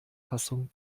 fassung